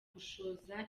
gushoza